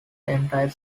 entire